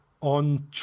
on